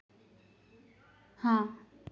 हाँ